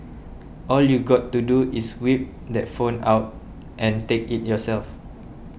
all you got to do is whip that phone out and take it yourself